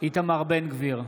איתמר בן גביר,